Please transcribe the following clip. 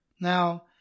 Now